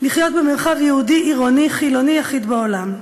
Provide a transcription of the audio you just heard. לחיות במרחב יהודי עירוני חילוני יחיד בעולם.